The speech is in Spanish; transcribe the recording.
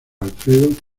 alfredo